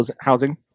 housing